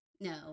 no